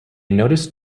noticed